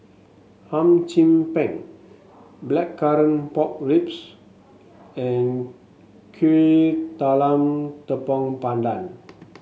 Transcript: Hum Chim Peng Blackcurrant Pork Ribs and Kuih Talam Tepong Pandan